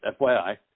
FYI